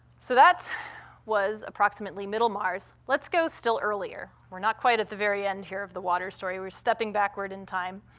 so that was approximately middle-mars. let's go still earlier. we're not quite at the very end here of the water story. we're stepping backward in time.